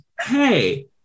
hey